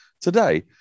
Today